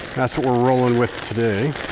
that's what we're rolling with today.